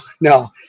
no